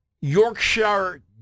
Yorkshire